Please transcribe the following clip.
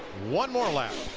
one more lap.